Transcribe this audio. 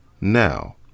Now